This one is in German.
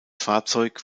fahrzeug